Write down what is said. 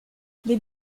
les